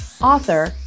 author